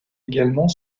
également